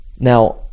now